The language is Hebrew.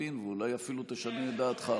תבין ואולי אפילו תשנה את דעתך.